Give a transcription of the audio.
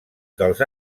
dels